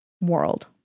world